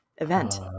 event